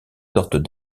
sortes